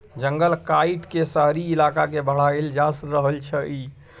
जंगल काइट के शहरी इलाका के बढ़ाएल जा रहल छइ